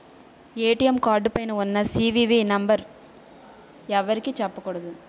ATM card పైన ఉన్న CVV number ఎవరికీ చెప్పకూడదు